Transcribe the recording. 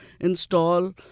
install